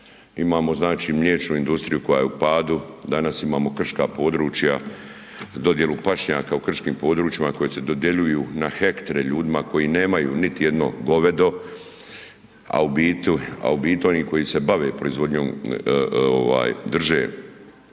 imamo znači mliječnu industriju koja je u padu, danas imamo krška područja, za dodjelu pašnjaka u krškim područjima koja se dodjeljuju na hektre ljudima koji nemaju niti jedno govedo a u biti oni koji se bave proizvodnjom drže